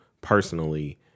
personally